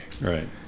Right